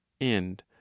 End